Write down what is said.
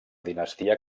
dinastia